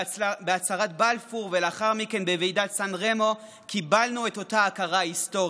בהצהרת בלפור ולאחר מכן בוועידת סן-רמו קיבלנו את אותה הכרה היסטורית.